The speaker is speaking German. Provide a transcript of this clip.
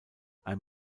ein